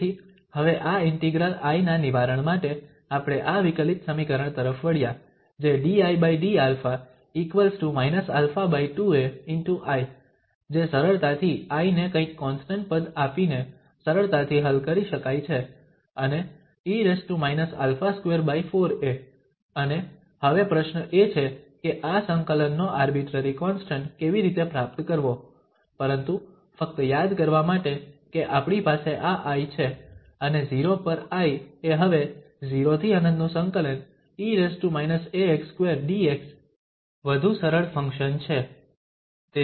તેથી હવે આ ઇન્ટિગ્રલ I ના નિવારણ માટે આપણે આ વિકલિત સમીકરણ તરફ વળ્યા જે dIdα α2a✕I જે સરળતાથી I ને કંઈક કોન્સ્ટંટ પદ આપીને સરળતાથી હલ કરી શકાય છે અને e α24a અને હવે પ્રશ્ન એ છે કે આ સંકલનનો આર્બીટ્રરી કોન્સ્ટંટ કેવી રીતે પ્રાપ્ત કરવો પરંતુ ફક્ત યાદ કરવા માટે કે આપણી પાસે આ I છે અને 0 પર I એ હવે 0∫∞ e−ax2 dx વધુ સરળ ફંક્શન છે